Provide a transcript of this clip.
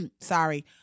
sorry